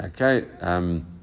Okay